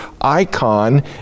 icon